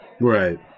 Right